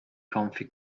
comfy